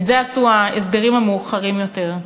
את זה עשו ההסדרים המאוחרים יותר.